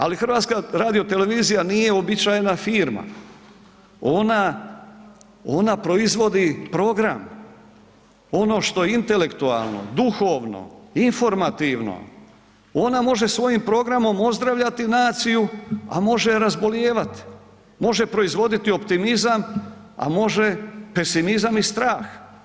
Ali HRT nije uobičajena firma, ona proizvodi program, ono što je intelektualno, duhovno, informativno, ona može svojim programom ozdravljati naciju, a može je razbolijevati, može proizvoditi optimizam, a može pesimizam i strah.